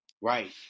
Right